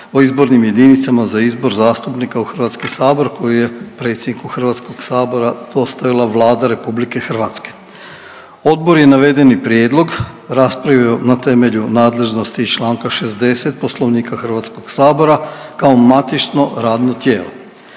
o izbornim jedinicama za izbor zastupnika u Hrvatski sabor koji je predsjedniku HS-a dostavila Vlada RH. Odbor je navedeni prijedlog raspravio na temelju nadležnosti iz čl. 60 Poslovnika HS-a kao matično radno tijelo.